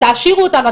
תעשירו אותנו,